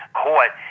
caught